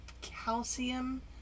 calcium